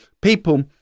people